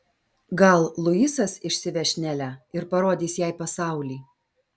gal luisas išsiveš nelę ir parodys jai pasaulį